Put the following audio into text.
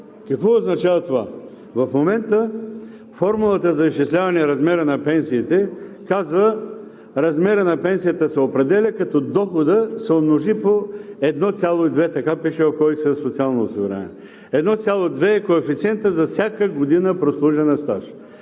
Какво означава това? В момента формулата за изчисляване размера на пенсиите казва: размерът на пенсията се определя, като доходът се умножи по 1,2 – така пише в Кодекса за социално осигуряване. 1,2 е коефициентът за всяка година прослужен стаж.